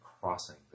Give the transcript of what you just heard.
crossing